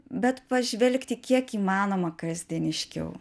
bet pažvelgti kiek įmanoma kasdieniškiau